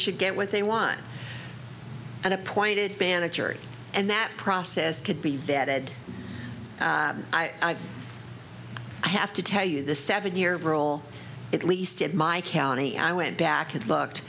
should get what they want and appointed bana church and that process could be vetted by i have to tell you the seven year rule at least in my county i went back and looked